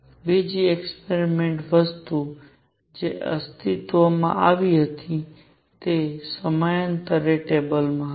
બીજી એક્સપેરિમેંટ વસ્તુ જે અસ્તિત્વમાં હતી તે સમયાંતરે ટેબલમાં હતી